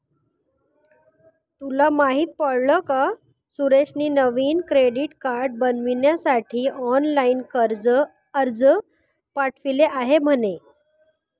तुला माहित पडल का सुरेशने नवीन क्रेडीट कार्ड बनविण्यासाठी ऑनलाइन अर्ज पाठविला आहे म्हणे